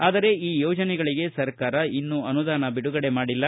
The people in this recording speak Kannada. ಆದರೆ ಈ ಯೋಜನೆಗಳಿಗೆ ಸರ್ಕಾರ ಇನ್ನೂ ಅನುದಾನ ಬಿಡುಗಡೆ ಮಾಡಿಲ್ಲ